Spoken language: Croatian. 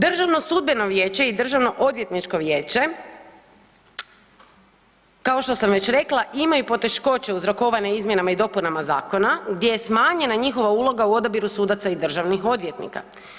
Državno sudbeno vijeće i Državno odvjetničko vijeće kao što sam već rekla imaju poteškoće uzrokovane izmjenama i dopunama zakona gdje je smanjena njihova uloga u odabiru sudaca i državnih odvjetnika.